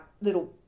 little